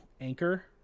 anchor